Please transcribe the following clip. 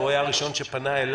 הוא היה הראשון שפנה אליי.